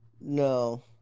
No